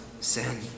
sin